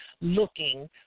looking